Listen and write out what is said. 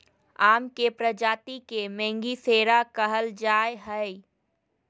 आम के प्रजाति के मेंगीफेरा कहल जाय हइ